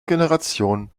generation